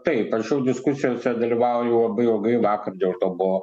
taip aš jau diskusijose dalyvauju labai ilgai vakar dėl to buvo